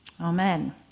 Amen